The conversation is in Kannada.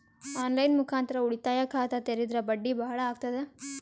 ಆನ್ ಲೈನ್ ಮುಖಾಂತರ ಉಳಿತಾಯ ಖಾತ ತೇರಿದ್ರ ಬಡ್ಡಿ ಬಹಳ ಅಗತದ?